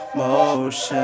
motion